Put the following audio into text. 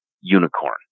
unicorn